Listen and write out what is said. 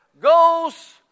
goes